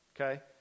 Okay